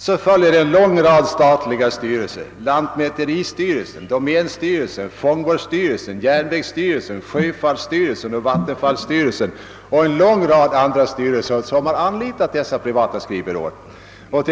Så följer en lång rad statliga styrelser: lantmäteristyrelsen, domänstyrelsen, fångvårdsstyrelsen, = järnvägsstyrelsen, sjöfartsstyrelsen och vattenfallsstyrelsen samt andra styrelser som har anlitat dessa privata skrivbyråer.